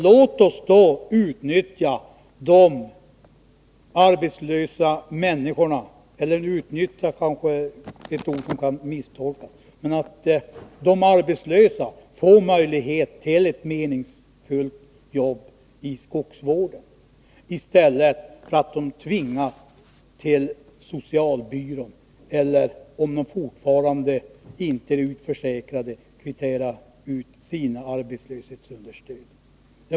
Låt oss då dra nytta av — utnyttja kanske är ett ord som kan misstolkas — de arbetslösa och ge dem möjlighet att få ett meningsfullt jobb i skogsvården i stället för att de skall tvingas till socialbyrån eller, om de ännu inte är utförsäkrade, tvingas kvittera ut sina arbetslöshetsunderstöd.